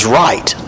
right